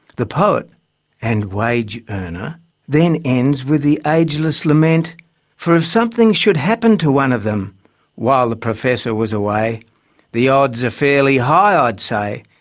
the poet and wage earner then ends with the ageless lament for if something should happen to one of them while the professor was away the odds are fairly high i'd say,